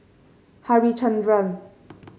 harichandra